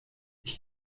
ich